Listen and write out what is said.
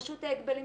רשות ההגבלים,